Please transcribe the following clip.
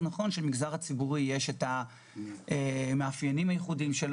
אז נכון שלמגזר הציבורי יש מאפיינים ייחודיים,